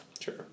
Sure